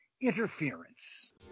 interference